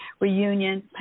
reunion